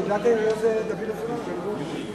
פקודת העיריות זה דוד אזולאי.